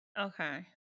Okay